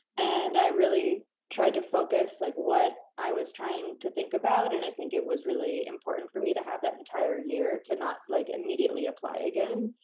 and i really tried to focus like what i was trying to think about and i think it was really important for me to have that entire year, to not like immediately apply again.